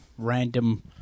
Random